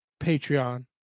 patreon